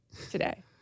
today